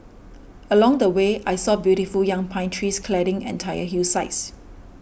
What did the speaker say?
along the way I saw beautiful young pine trees cladding entire hillsides